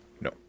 No